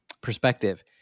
perspective